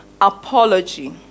apology